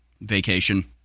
vacation